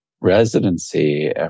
residency